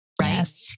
Right